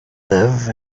live